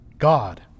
God